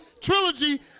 trilogy